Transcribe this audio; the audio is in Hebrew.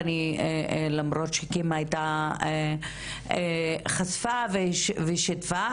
למרות שקים חשפה ושיתפה.